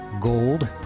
Gold